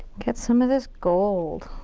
get some of this gold.